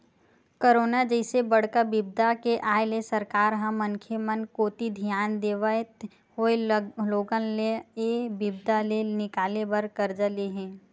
corona जइसे बड़का बिपदा के आय ले सरकार ह मनखे मन कोती धियान देवत होय लोगन ल ऐ बिपदा ले निकाले बर करजा ले हे